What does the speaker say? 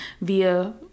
via